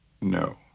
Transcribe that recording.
No